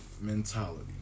mentality